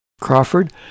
Crawford